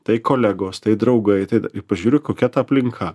tai kolegos tai draugai ti da pažiūriu kokia ta aplinka